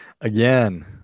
Again